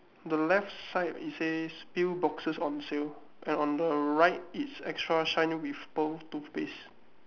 the left side it says pill boxes on sale and on the right it's extra shine with pearl toothpaste